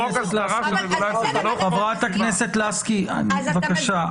--- חברת הכנסת לסקי, בבקשה.